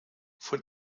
von